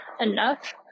enough